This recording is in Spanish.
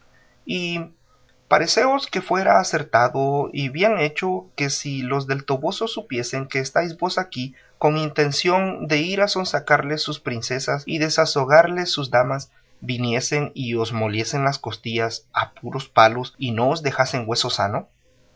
y paréceos que fuera acertado y bien hecho que si los del toboso supiesen que estáis vos aquí con intención de ir a sonsacarles sus princesas y a desasosegarles sus damas viniesen y os moliesen las costillas a puros palos y no os dejasen hueso sano